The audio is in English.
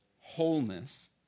wholeness